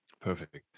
Perfect